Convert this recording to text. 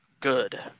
good